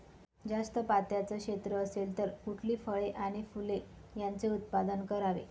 जास्त पात्याचं क्षेत्र असेल तर कुठली फळे आणि फूले यांचे उत्पादन करावे?